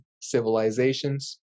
civilizations